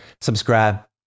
subscribe